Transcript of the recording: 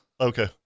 Okay